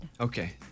Okay